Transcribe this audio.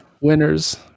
winners